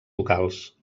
locals